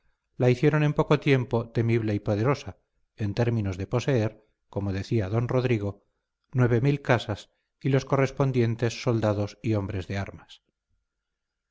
la hicieron en poco tiempo temible y poderosa en términos de poseer como decía don rodrigo nueve mil casas y los correspondientes soldados y hombres de armas